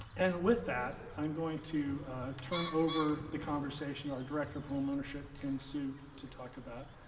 and with that, i'm going to turn over the conversation to our director of home ownership, tim hsu, to talk about